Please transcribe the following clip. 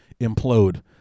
implode